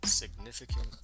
Significant